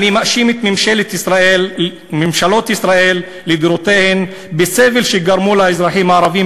אני מאשים את ממשלות ישראל לדורותיהן בסבל שגרמו לאזרחים הערבים